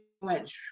went